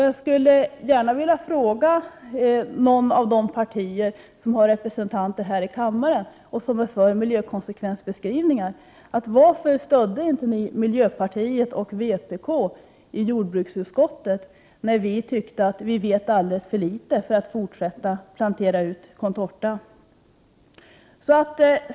Jag skulle vilja fråga representanter för de partier som är för miljökonsekvensbeskrivningar: Varför stödde ni inte miljöpartiet och vpk i jordbruksutskottet när vi sade att vi vet alldeles för litet för att fortsätta plantera ut contorta?